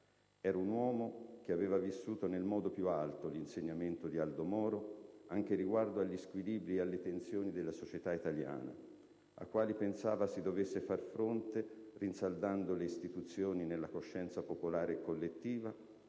Era un uomo che aveva vissuto nel modo più alto l'insegnamento di Aldo Moro, anche riguardo agli squilibri e alle tensioni della società italiana, ai quali pensava si dovesse far fronte rinsaldando le istituzioni nella coscienza popolare e collettiva,